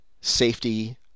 safety